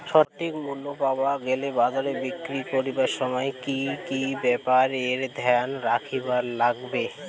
সঠিক মূল্য পাবার গেলে বাজারে বিক্রি করিবার সময় কি কি ব্যাপার এ ধ্যান রাখিবার লাগবে?